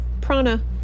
Prana